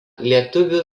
lietuvių